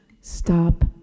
Stop